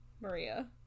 Maria